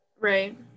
Right